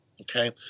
Okay